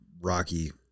rocky